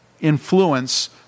influence